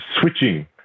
switching